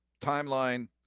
timeline